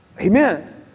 Amen